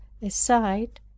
aside